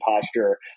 posture